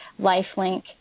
Lifelink